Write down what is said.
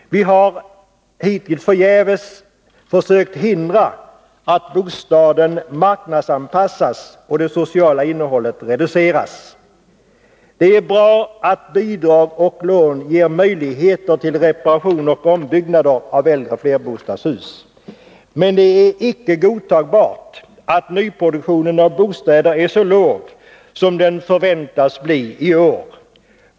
Vi har — hittills förgäves — försökt hindra att bostaden marknadsanpassas och det sociala innehållet reduceras. Det är bra att bidrag och lån ger möjligheter till reparation och ombyggnader av äldre flerbostadshus. Men det är icke godtagbart att nyproduktionen av bostäder är så låg som den förväntas bli i år.